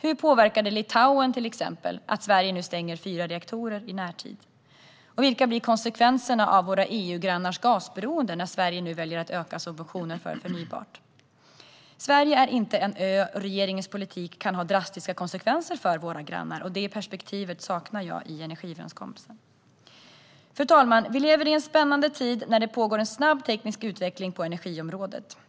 Hur påverkar det till exempel Litauen att Sverige i närtid stänger fyra reaktorer, och vilka blir konsekvenserna av våra EU-grannars gasberoende när Sverige nu väljer att öka subventionerna för förnybart? Sverige är inte en ö. Regeringens politik kan få drastiska konsekvenser för våra grannar. Det perspektivet saknar jag i energiöverenskommelsen. Fru talman! Vi lever i en spännande tid, då det pågår en snabb teknisk utveckling på energiområdet.